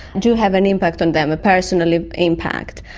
do have an impact on them, a personal impact.